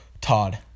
Todd